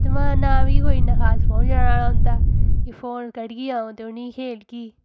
ते ना मी कोई इन्नां खास फोन चलाना औंदा कि फोन कड्ढगी अ'ऊं ते उनें गी खेढगी